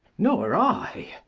nor i.